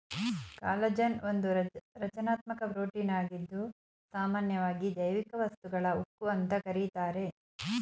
collagen ಒಂದು ರಚನಾತ್ಮಕ ಪ್ರೋಟೀನಾಗಿದ್ದು ಸಾಮನ್ಯವಾಗಿ ಜೈವಿಕ ವಸ್ತುಗಳ ಉಕ್ಕು ಅಂತ ಕರೀತಾರೆ